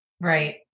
Right